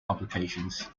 publications